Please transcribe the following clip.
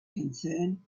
concerned